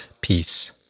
peace